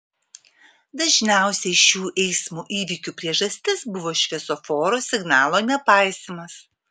dažniausiai šių eismo įvykių priežastis buvo šviesoforo signalo nepaisymas